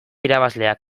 irabazleak